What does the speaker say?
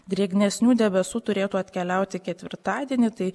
drėgnesnių debesų turėtų atkeliauti ketvirtadienį tai